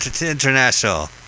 International